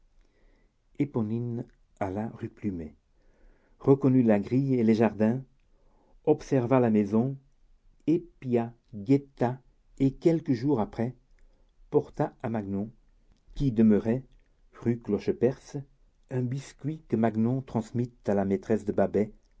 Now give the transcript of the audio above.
alla rue plumet reconnut la grille et le jardin observa la maison épia guetta et quelques jours après porta à magnon qui demeurait rue clocheperce un biscuit que magnon transmit à la maîtresse de babet